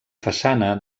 façana